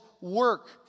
work